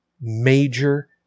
major